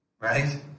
Right